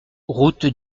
route